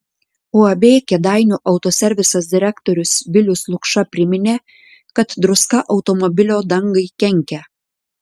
uab kėdainių autoservisas direktorius vilius lukša priminė kad druska automobilio dangai kenkia